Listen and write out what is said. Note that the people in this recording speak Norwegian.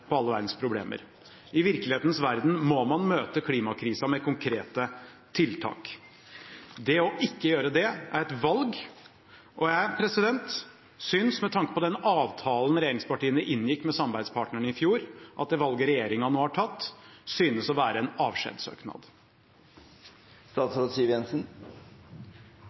på alle verdens problemer. I virkelighetens verden må man møte klimakrisen med konkrete tiltak. Ikke å gjøre det er et valg. Jeg synes, med tanke på den avtalen regjeringspartiene inngikk med samarbeidspartnerne i fjor, at det valget regjeringen nå har tatt, synes å være en avskjedssøknad.